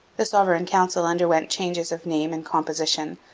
the sovereign council underwent changes of name and composition,